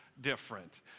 Different